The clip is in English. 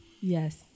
Yes